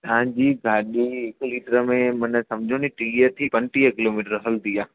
असांजी गाॾी हिकु लीटर में माना सम्झो नी टीह पंजटीह किलोमीटर हलंदी आहे